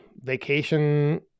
vacation